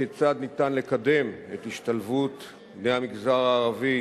כיצד ניתן לקדם את השתלבות בני המגזר הערבי